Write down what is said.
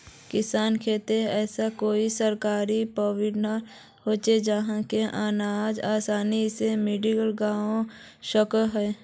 किसानेर केते ऐसा कोई सरकारी परिवहन होचे जहा से अनाज आसानी से मंडी लेजवा सकोहो ही?